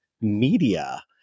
media